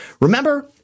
Remember